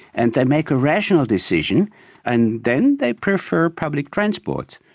and they make a rational decision and then they prefer public transport.